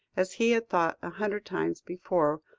as he had thought a hundred times before,